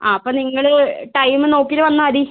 ആ അപ്പോൾ നിങ്ങൾ ടൈം നോക്കിയിട്ട് വന്നാൽ മതി